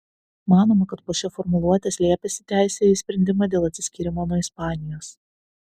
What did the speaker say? manoma kad po šia formuluote slėpėsi teisė į sprendimą dėl atsiskyrimo nuo ispanijos